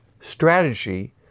strategy